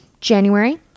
January